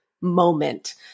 moment